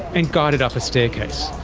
and guided up a staircase.